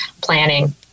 planning